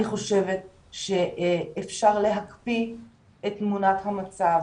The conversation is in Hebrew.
אני חושבת שאפשר להקפיא את תמונת המצב